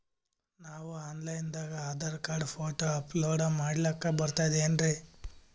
ನಾವು online ದಾಗ Aadhaar card, photo upload ಮಾಡ್ಲಕ ಬರ್ತದೇನ್ರಿ?